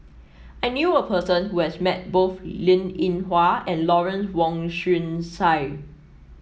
I knew a person who has met both Linn In Hua and Lawrence Wong Shyun Tsai